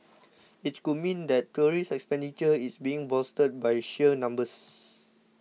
it could mean that tourist expenditure is being bolstered by sheer numbers